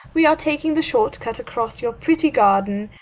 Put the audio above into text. we are taking the short cut across your pretty garden.